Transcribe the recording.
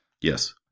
Yes